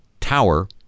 tower